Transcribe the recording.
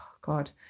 God